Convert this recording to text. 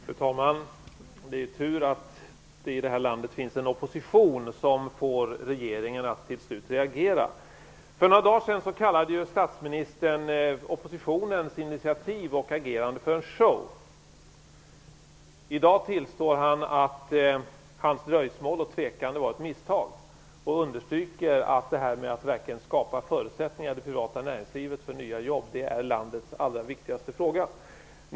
Fru talman! Det är tur att det i det här landet finns en opposition som till sist får regeringen att reagera. För några dagar sedan kallade statsministern oppositionens initiativ och agerande för en show. I dag tillstår han att hans dröjsmål och tvekan var ett misstag. Han understryker att det här med att verkligen skapa förutsättningar i det privata näringslivet för nya jobb är landets allra viktigaste fråga.